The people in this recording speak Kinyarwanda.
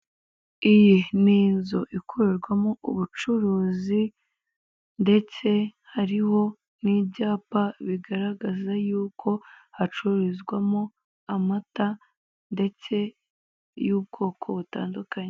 Iyi ni inzu ikorerwamo ubucuruzi ndetse hariho n'ibyapa bigaragaza yuko hacururizwamo amata ndetse y'ubwoko butandukanye.